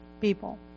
people